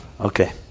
Okay